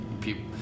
people